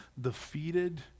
defeated